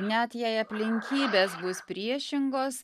net jei aplinkybės bus priešingos